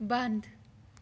بنٛد